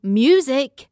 music